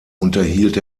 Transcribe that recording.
unterhielt